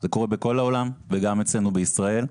זה קורה בכל העולם וגם אצלנו בישראל.